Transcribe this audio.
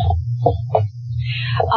Enos Ekka